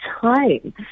time